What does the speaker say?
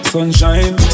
Sunshine